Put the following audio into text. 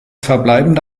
verbleibende